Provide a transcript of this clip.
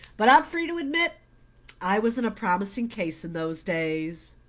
but i'm free to admit i wasn't a promising case in those days.